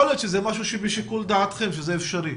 יכול להיות שזה משהו שהוא בשיקול דעתכם וזה אפשרי.